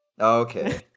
Okay